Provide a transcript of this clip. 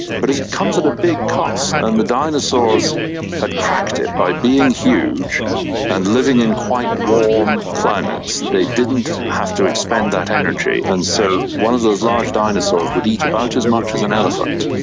but it comes at a big cost, and the dinosaurs had cracked it by being huge and living in quite warm climates. they didn't have to expend that energy. and so one of those large dinosaurs would eat about as much as an elephant,